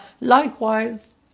Likewise